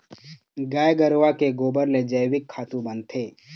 गाय गरूवा के गोबर ले जइविक खातू बनथे